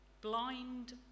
blind